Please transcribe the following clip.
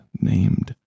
named